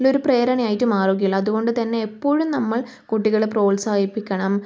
ഉള്ളൊരു പ്രേരണയായിട്ട് മാറുകയുള്ളൂ അത്കൊണ്ട് തന്നെ എപ്പോഴും നമ്മൾ കുട്ടികളെ പ്രോത്സാഹിപ്പിക്കണം